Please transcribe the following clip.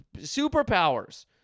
superpowers